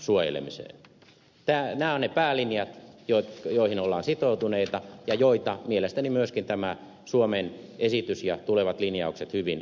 nämä ovat ne päälinjat joihin ollaan sitoutuneita ja joita mielestäni myöskin tämä suomen esitys ja tulevat linjaukset hyvin noudattavat